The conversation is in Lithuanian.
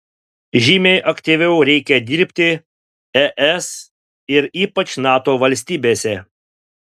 žymiai aktyviau reikia dirbti es ir ypač nato valstybėse